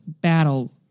battle